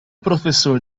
professor